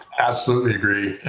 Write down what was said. absolutely agree.